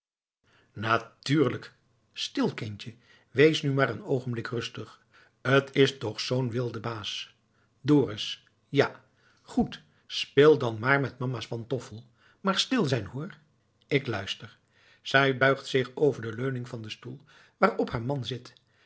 natuurlijk stil kindje wees nu maar eens een oogenblik rustig t is toch zoo'n wilde baas dorus ja goed speel dan maar met mama's pantoffel maar stil zijn hoor ik luister zij buigt zich over de leuning van den stoel waarop haar man zit